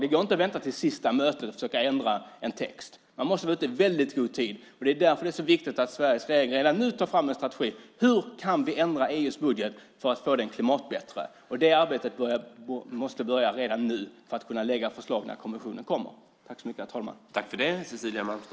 Det går inte att vänta till sista mötet med att försöka ändra en text. Man måste vara ute i väldigt god tid. Det är därför det är så viktigt att Sveriges regering redan nu tar fram en strategi: Hur kan vi ändra EU:s budget för att få den klimatbättre? Det arbetet måste börja redan nu för att vi ska kunna lägga fram förslag när kommissionens förslag kommer.